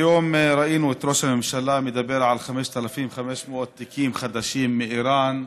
היום ראינו את ראש הממשלה מדבר על 5,500 תיקים חדשים מאיראן.